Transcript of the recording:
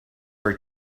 are